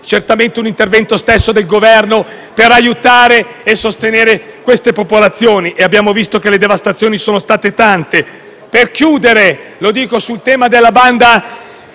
certamente un intervento del Governo stesso per aiutare e sostenere queste popolazioni; e abbiamo visto che le devastazioni sono state tante. Per chiudere, ricordo il tema della banda